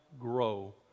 grow